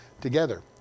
together